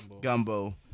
gumbo